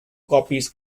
copies